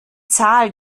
zahl